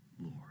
Lord